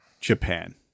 Japan